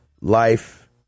life